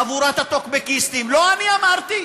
חבורת הטוקבקיסטים, לא אני אמרתי.